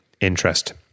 interest